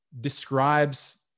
describes